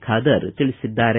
ಖಾದರ್ ತಿಳಿಸಿದ್ದಾರೆ